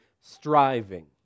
striving